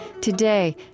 Today